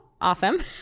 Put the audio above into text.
awesome